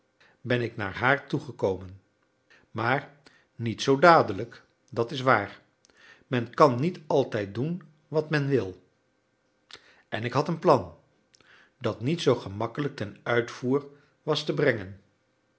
ben ik naar haar toe gekomen maar niet zoo dadelijk dat is waar men kan niet altijd doen wat men wil en ik had een plan dat niet zoo gemakkelijk ten uitvoer was te brengen